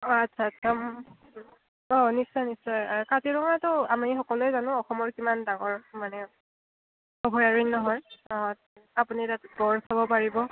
অঁ আচ্ছা অঁ নিশ্চয় নিশ্চয় কাজিৰঙাটো আমি সকলোৱে জানো অসমৰ কিমান ডাঙৰ মানে অভয়াৰণ্য হয় অঁ আপুনি তাত গঁড় চাব পাৰিব